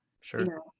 Sure